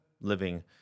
living